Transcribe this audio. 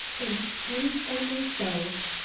and ten by myself.